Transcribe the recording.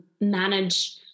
manage